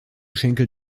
schenkel